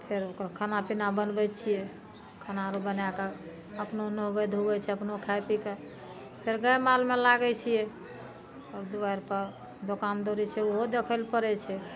फेर ओकर खाना पीना बनबै छियै खाना आरु बनए कए अपनो नहबै धोबै छियै अपनो खाइ पी कए फेर गाय मालमे लागै छियै तब दुआरि पर दोकान दौड़ी छै ओहो देखैलए पड़ै छै